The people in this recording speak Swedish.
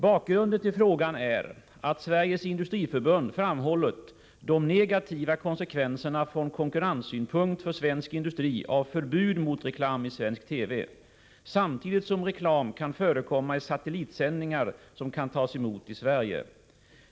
Bakgrunden till frågan är att Sveriges Industriförbund framhållit de negativa konsekvenserna från konkurrenssynpunkt för svensk industri av förbud mot reklam i svensk TV samtidigt som reklam kan förekomma i satellitsändningar som kan tas emot i Sverige.